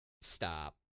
Stop